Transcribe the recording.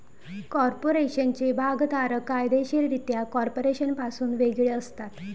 कॉर्पोरेशनचे भागधारक कायदेशीररित्या कॉर्पोरेशनपासून वेगळे असतात